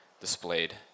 displayed